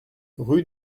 rue